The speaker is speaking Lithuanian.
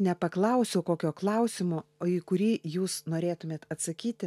nepaklausiau kokio klausimo o į kurį jūs norėtumėt atsakyti